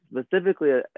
specifically